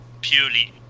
purely